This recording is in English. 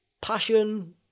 Passion